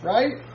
Right